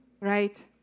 right